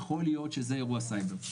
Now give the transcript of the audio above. יכול להיות שזה אירוע סייבר,